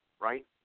right